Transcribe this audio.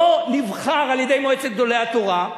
לא נבחר על-ידי מועצת גדולי התורה,